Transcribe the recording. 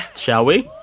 shall we?